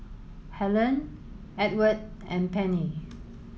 Helene Edward and Pennie